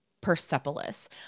Persepolis